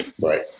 Right